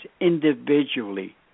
individually